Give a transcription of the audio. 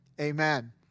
Amen